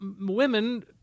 women